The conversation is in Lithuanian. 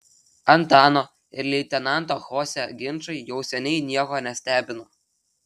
antano ir leitenanto chose ginčai jau seniai nieko nestebino